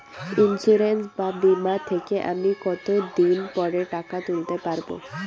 Insurance বা বিমা থেকে আমি কত দিন পরে টাকা তুলতে পারব?